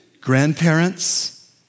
Grandparents